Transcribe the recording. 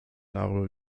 darüber